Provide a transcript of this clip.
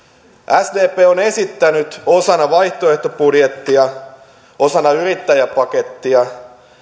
sdp on esittänyt osana vaihtoehtobudjettia osana yrittäjäpakettia